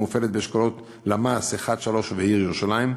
מופעלת באשכולות למ"ס 1 3 ובעיר ירושלים,